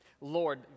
Lord